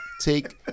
Take